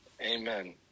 Amen